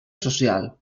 social